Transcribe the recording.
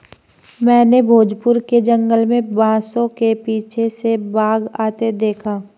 मैंने भोजपुर के जंगल में बांसों के पीछे से बाघ आते देखा